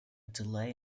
delay